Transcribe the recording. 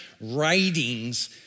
writings